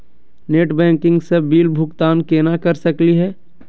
Net banking स bill भुगतान केना कर सकली हे?